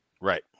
Right